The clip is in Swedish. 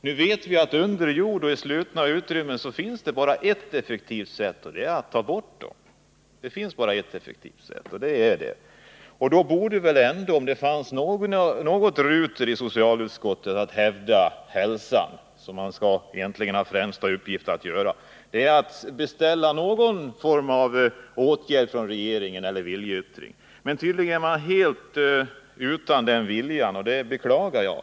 Nu är det bekant att det under jord och i slutna utrymmen bara finns ett effektivt sätt att göra detta, nämligen att ta bort dieseldriften. Då borde man väl ändå, om det fanns någon ruter i socialutskottet, från dess sida hävda hälsosynpunkterna — det är egentligen detta utskotts främsta uppgift genom att beställa någon form av åtgärd eller viljeyttring från regeringen. Men tydligen är man helt utan denna vilja, och det beklagar jag.